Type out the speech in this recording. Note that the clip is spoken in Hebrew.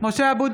(קוראת